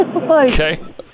Okay